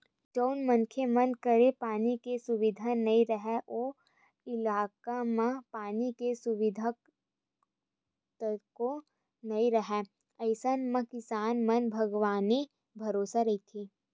जउन मनखे मन करा पानी के सुबिधा नइ राहय ओ इलाका म पानी के सुबिधा तको नइ राहय अइसन म किसान मन भगवाने भरोसा रहिथे